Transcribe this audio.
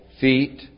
feet